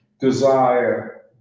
desire